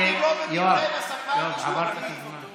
יואב, עברת את הזמן.